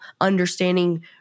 understanding